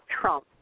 Trump